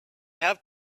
have